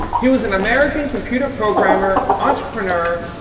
he was an american computer programmer, entrepreneur,